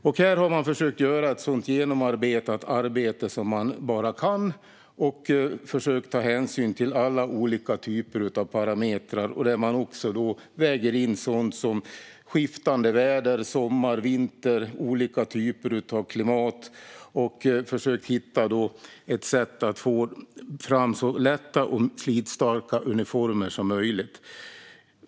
Man har försökt göra ett så grundligt arbete man bara kan och ta hänsyn till alla olika typer av parametrar, där man också väger in sådant som skiftande väder, sommar, vinter och olika typer av klimat. Man har försökt hitta ett sätt att få fram så lätta och slitstarka uniformer som möjligt.